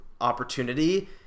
opportunity